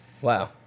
Wow